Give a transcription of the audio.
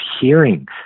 hearing